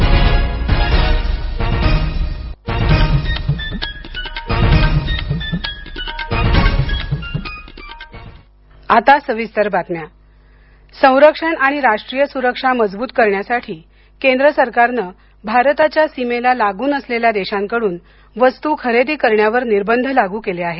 निर्बंध संरक्षण आणि राष्ट्रीय सुरक्षा मजबूत करण्यासाठी केंद्र सरकारनं भारताच्या सीमेला लागून असलेल्या देशांकडून वस्तू खरेदी करण्यावर निर्बंध लागू केले आहेत